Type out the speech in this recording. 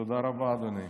תודה רבה, אדוני.